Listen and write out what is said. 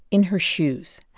in her shoes.